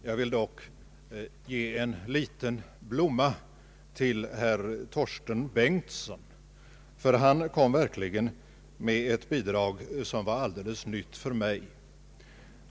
Jag vill dock ge en liten blomma till herr Torsten Bengtson, ty han kom verkligen med ett bidrag som var alldeles nytt för mig.